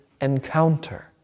encounter